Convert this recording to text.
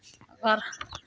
आओर